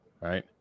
right